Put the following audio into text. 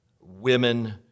women